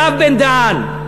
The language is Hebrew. הרב בן-דהן,